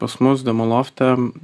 pas mus demo lofte